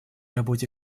работе